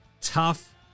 Tough